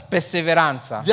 Perseveranza